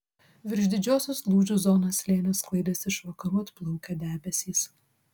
virš didžiosios lūžių zonos slėnio sklaidėsi iš vakarų atplaukę debesys